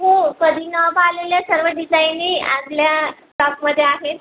हो कधी ना पाहिलेल्या सर्व डिझाइनी आपल्या शॉपमध्ये आहेत